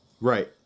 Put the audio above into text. Right